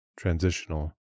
transitional